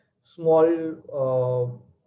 small